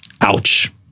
Ouch